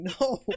No